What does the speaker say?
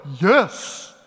yes